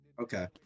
Okay